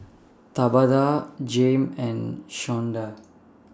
Tabatha Jayme and Shawnda